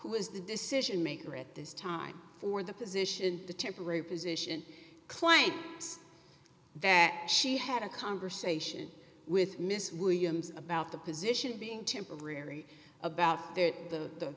is the decision maker at this time for the position the temporary position claimed that she had a conversation with miss williams about the position being temporary about the the